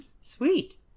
Sweet